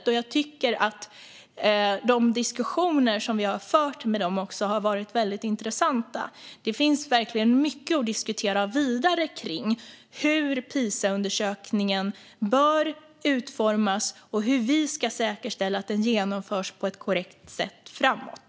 Och de diskussioner som vi har fört med dem har varit intressanta. Det finns verkligen mycket att diskutera vidare i fråga om hur Pisaundersökningen bör utformas och hur vi ska säkerställa att den genomförs på ett korrekt sätt framåt.